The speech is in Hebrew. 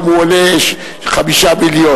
היום הוא עולה 5 מיליון.